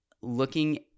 looking